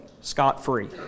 scot-free